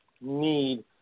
need